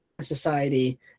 society